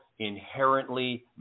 inherently